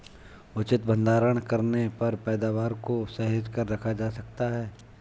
उचित भंडारण करने पर पैदावार को सहेज कर रखा जा सकता है